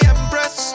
Empress